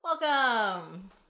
Welcome